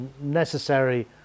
necessary